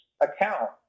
account